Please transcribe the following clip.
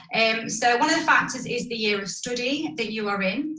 and so one of the factors is the year of study that you are in.